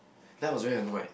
then I was very annoyed